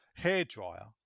hairdryer